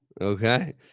okay